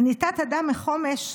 אני תת-אדם מחומש,